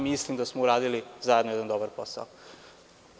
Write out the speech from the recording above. Mislim da smo uradili zajedno jedan dobar posao.